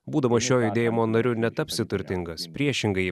būdamas šio judėjimo narių netapsi turtingas priešingai